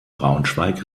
braunschweig